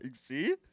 See